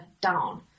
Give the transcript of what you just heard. down